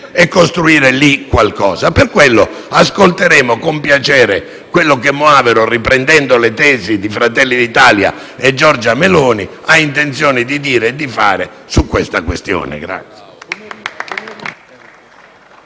e costruire qualcosa. Per questo motivo ascolteremo con piacere quanto il ministro Moavero, riprendendo le tesi di Fratelli d'Italia e Georgia Meloni, ha intenzione di dire e di fare su detta questione.